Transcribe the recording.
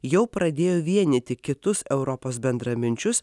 jau pradėjo vienyti kitus europos bendraminčius